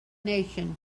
nation